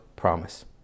promise